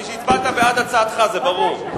שהצבעת בעד הצעתך, זה ברור.